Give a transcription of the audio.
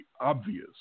obvious